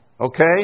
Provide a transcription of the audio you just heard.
Okay